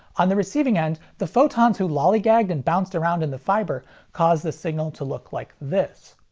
on the receiving end the photons who lollygagged and bounced around in the fiber cause the signal to look like this.